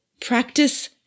practice